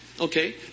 Okay